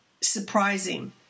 surprising